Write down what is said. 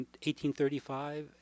1835